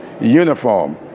uniform